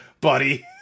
buddy